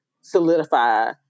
solidify